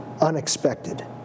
unexpected